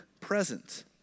present